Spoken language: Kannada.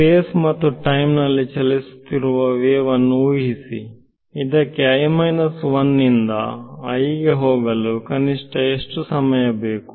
ಸ್ಪೇಸ್ ಮತ್ತು ಟೈಮ್ ನಲ್ಲಿ ಚಲಿಸುತ್ತಿರುವ ವೇವ ಅನ್ನು ಉಹಿಸಿ ಇದಕ್ಕೆ ಇಂದ ಗೆ ಹೋಗಲು ಕನಿಷ್ಠ ಎಷ್ಟು ಸಮಯ ಬೇಕು